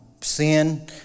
sin